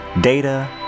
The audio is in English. Data